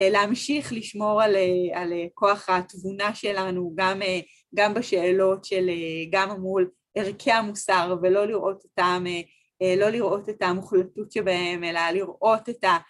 להמשיך לשמור על כוח התבונה שלנו, גם בשאלות של, גם מול ערכי המוסר, ולא לראות את המוחלטות שבהם, אלא לראות את ה...